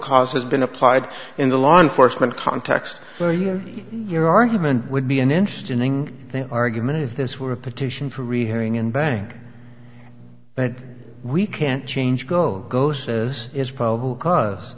cause has been applied in the law enforcement context for you your argument would be an interesting argument if this were a petition for rehearing in bank but we can't change go goes as is probable cause